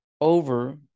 over